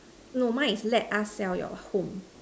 no mine is let us sell your home